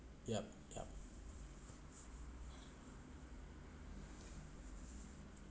yup yup